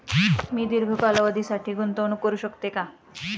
मी दीर्घ कालावधीसाठी गुंतवणूक करू शकते का?